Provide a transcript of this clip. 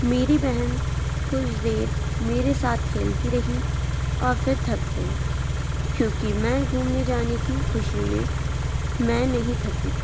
میری بہن کچھ دیر میرے ساتھ کھیلتی رہی اور پھر تھک گئی کیونکہ میں گھومنے جانے کی خوشی میں میں نہیں تھکی تھی